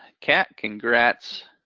kat, congrats.